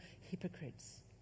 hypocrites